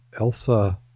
Elsa